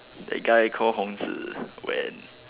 that guy call Hong-Zi when